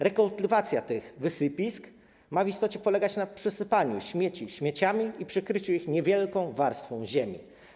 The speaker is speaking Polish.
Rekultywacja tych wysypisk ma w istocie polegać na przysypaniu śmieci śmieciami i przykryciu ich niewielką warstwą ziemi.